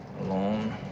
alone